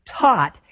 taught